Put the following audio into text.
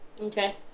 Okay